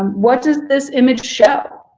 um what does this image show?